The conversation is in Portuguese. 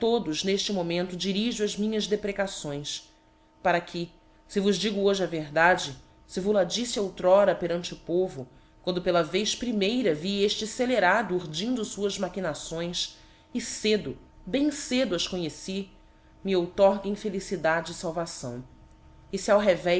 todos n'efte momento dirijo as minha deprecações para que fe vos digo hoje a verdade f vol a diffc outr'ora perante o povo quando pela vc primeira vi efte fcelerado urdindo fuás machinações cedo bem cedo as conheci me outorguem felicidade fal vação e fe ao